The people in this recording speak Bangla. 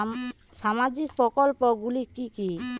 সামাজিক প্রকল্প গুলি কি কি?